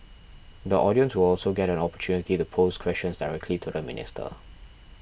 the audience will also get an opportunity to pose questions directly to the minister